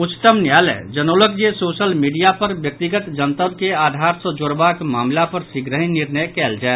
उच्चतम न्यायालय जनौलक जे सोशल मीडिया पर व्यक्तिगत जनतब के आधार सॅ जोड़बाक मामिला पर शीघ्रहि निर्णय कयल जाय